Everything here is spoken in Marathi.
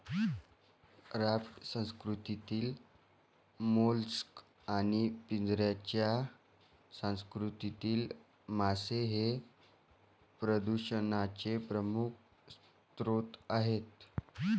राफ्ट संस्कृतीतील मोलस्क आणि पिंजऱ्याच्या संस्कृतीतील मासे हे प्रदूषणाचे प्रमुख स्रोत आहेत